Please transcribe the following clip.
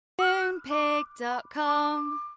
Moonpig.com